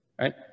right